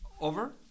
over